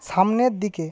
সামনের দিকে